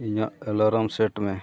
ᱤᱧᱟᱹᱜ alarm set ᱢᱮ